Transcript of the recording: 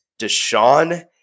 Deshaun